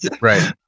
Right